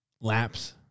laps